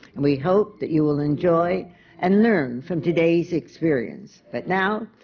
and we hope that you will enjoy and learn from today's experience. but now,